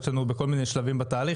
יש לנו בכל מיני שלבים בתהליך.